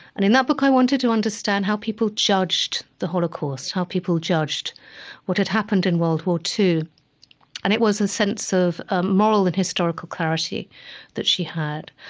and in that book, i wanted to understand how people judged the holocaust, how people judged what had happened in world war ii and it was a sense of ah moral and historical clarity that she had.